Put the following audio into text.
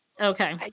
Okay